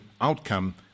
outcome